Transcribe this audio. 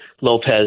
Lopez